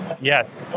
Yes